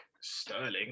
Sterling